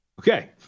Okay